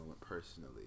personally